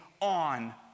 on